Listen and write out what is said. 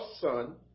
son